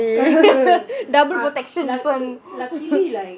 double protection this [one]